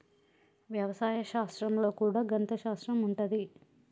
వ్యవసాయ శాస్త్రం లో కూడా గణిత శాస్త్రం ఉంటది